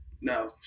no